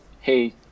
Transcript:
hey